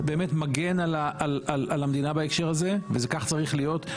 באמת מגן על המדינה בהקשר הזה וזה כך צריך להיות.